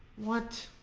what